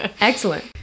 excellent